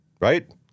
right